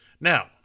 now